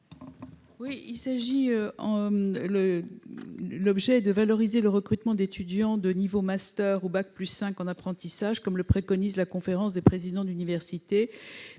est de valoriser le recrutement d'étudiants de niveau mastère ou bac+5 en apprentissage, comme le préconisent la conférence des présidents d'université,